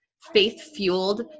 faith-fueled